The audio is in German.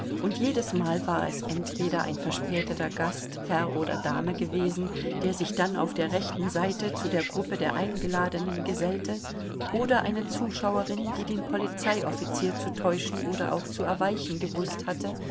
und jedesmal war es entweder ein verspäteter gast herr oder dame gewesen der sich dann auf der rechten seite zu der gruppe der eingeladenen gesellte oder eine zuschauerin die den polizeioffizier zu täuschen oder auch zu erweichen gewußt hatte